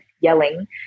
yelling